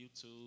YouTube